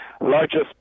largest